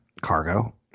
cargo